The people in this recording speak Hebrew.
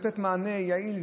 לתת מענה יעיל,